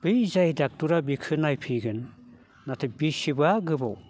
बै जाय ड'क्टरा बिखो नायफिनगोन नाथाय बेसेबा गोबाव